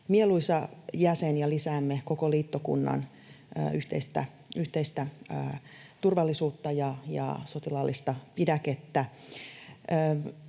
mieluisa jäsen ja lisäämme koko liittokunnan yhteistä turvallisuutta ja sotilaallista pidäkettä.